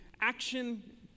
action